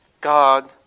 God